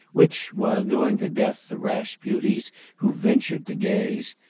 which, while doing to death the rash beauties who ventured to gaze,